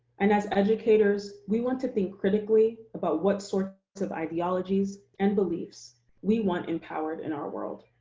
and as educators, we want to think critically about what sorts of ideologies and beliefs we want empowered in our world.